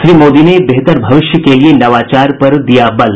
श्री मोदी ने बेहतर भविष्य के लिए नवाचार पर दिया बल